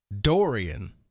Dorian